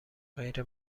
غیر